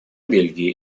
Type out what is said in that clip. бельгии